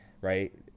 right